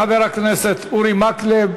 תודה לחבר הכנסת אורי מקלב.